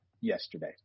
yesterday